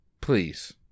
Please